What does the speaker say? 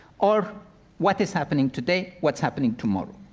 or what is happening today, what's happening tomorrow.